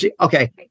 Okay